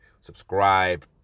subscribe